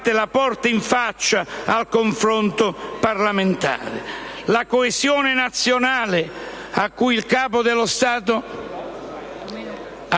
La coesione nazionale cui il Capo dello Stato fa riferimento